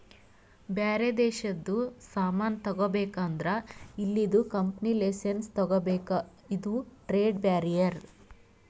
ಬ್ಯಾರೆ ದೇಶದು ಸಾಮಾನ್ ತಗೋಬೇಕ್ ಅಂದುರ್ ಇಲ್ಲಿದು ಕಂಪನಿ ಲೈಸೆನ್ಸ್ ತಗೋಬೇಕ ಇದು ಟ್ರೇಡ್ ಬ್ಯಾರಿಯರ್